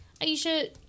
Aisha